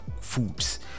Foods